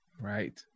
Right